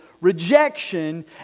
rejection